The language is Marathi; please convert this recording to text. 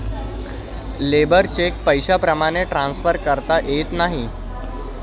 लेबर चेक पैशाप्रमाणे ट्रान्सफर करता येत नाही